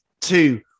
two